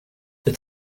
the